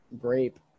Grape